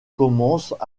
commencent